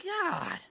God